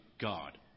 God